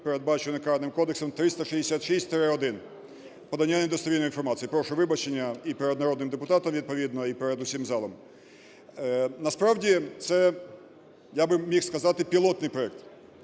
передбаченої Карним кодексом, 366-1. Подання недостовірної інформації. Прошу вибачення і перед народним депутатом відповідно, і перед усім залом. Насправді, це я би міг сказати пілотний проект.